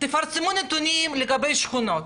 תפרסמו נתונים לגבי שכונות,